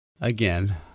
again